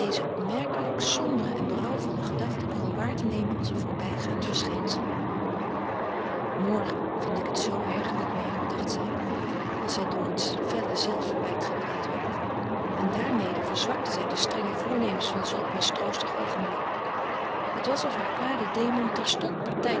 opmerkelijk sombere en berouwvolle gedachten begon waar te nemen als een voorbijgaand verschijnsel morgen vind ik het z erg niet meer dacht zij als zij door het felle zelfverwijt gekweld werd en daarmede verzwakte zij de strenge voornemens van zulk mistroostig oogenblik het was of haar kwade démon